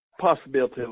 possibility